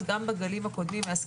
שצריך תמיד לשקול על המאזניים את הנזק